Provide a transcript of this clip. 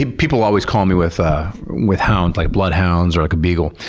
people always call me with ah with hounds, like bloodhounds or like a beagle.